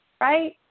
right